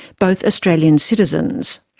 both australian citizens.